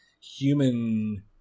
human